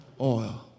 oil